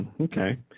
Okay